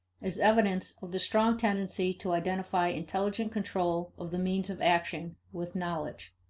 is evidence of the strong tendency to identify intelligent control of the means of action with knowledge.